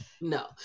No